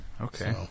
Okay